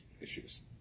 issues